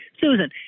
Susan